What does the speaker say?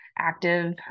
active